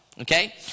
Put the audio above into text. Okay